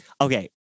Okay